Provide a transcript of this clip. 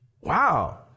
Wow